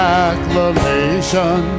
acclamation